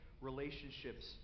relationships